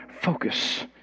focus